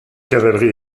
cavalerie